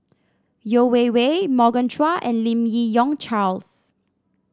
Yeo Wei Wei Morgan Chua and Lim Yi Yong Charles